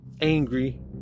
angry